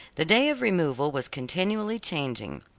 the day of removal was continually changing.